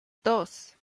dos